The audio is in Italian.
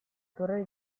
torre